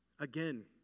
Again